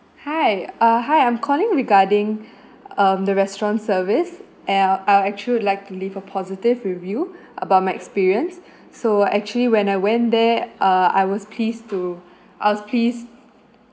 hi uh hi I'm calling regarding um the restaurant's service and uh l actually would like to leave a positive review about my experience so actually when I went there uh I was pleased to I was pleased